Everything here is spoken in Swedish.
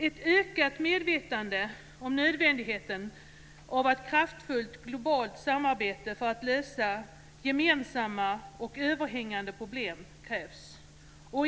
Ett ökat medvetande om nödvändigheten av ett kraftfullt globalt samarbete för att lösa gemensamma och överhängande problem krävs.